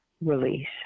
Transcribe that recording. release